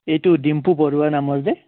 এইটো ডিম্পু বৰুৱা নামৰ যে